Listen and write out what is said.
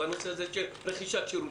בנושא הזה של רכישת שירותים.